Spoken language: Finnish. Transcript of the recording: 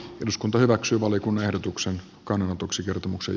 eduskunta hyväksyy valiokunnan ehdotuksen kannanotoksi kertomuksen